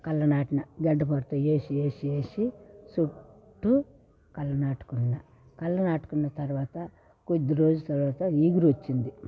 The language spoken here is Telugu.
కళ్ళ నాటిన గడ్డ పారతో ఏసి ఏసి ఏసి చుట్టూ కళ్ళ నాటుకున్న కళ్ళు నాటుకున్న తర్వాత కొద్దీ రోజుల తర్వాత ఇగురు వచ్చింది